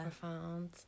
Profound